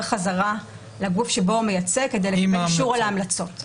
חזרה לגוף שבו הוא מייצג כדי לקבל אישור על ההמלצות.